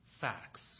Facts